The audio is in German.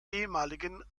ehemaligen